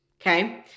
Okay